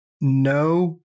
No